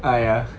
ah ya